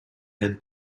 and